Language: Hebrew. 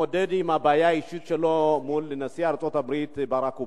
להתמודד עם הבעיה האישית שלו מול נשיא ארצות-הברית ברק אובמה.